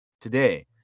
today